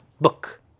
book